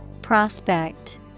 Prospect